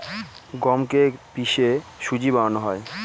গমকে কে পিষে সুজি বানানো হয়